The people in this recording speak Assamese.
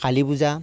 কালি পূজা